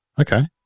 Okay